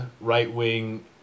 right-wing